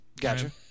Gotcha